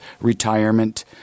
retirement